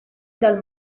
dal